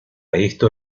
esto